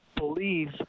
believe